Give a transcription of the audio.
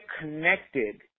connected